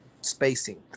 spacing